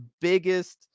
biggest